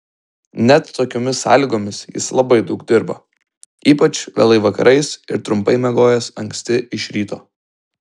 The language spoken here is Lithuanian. net tokiomis sąlygomis jis labai daug dirbo ypač vėlai vakarais ir trumpai miegojęs anksti iš ryto